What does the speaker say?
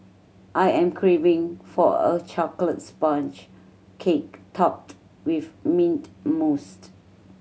I am craving for a chocolate sponge cake topped with mint moused